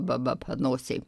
ba ba panosėj